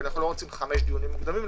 כי אנו לא רוצים חמישה דיונים מוקדמים,